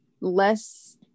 Less